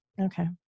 Okay